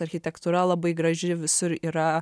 architektūra labai graži visur yra